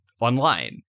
online